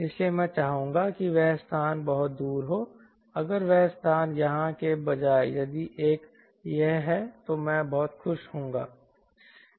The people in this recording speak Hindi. इसलिए मैं चाहूंगा कि वह स्थान बहुत दूर हो अगर वह स्थान यहां के बजाय यदि वह यहां है तो मैं बहुत खुश हूंगा